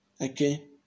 Okay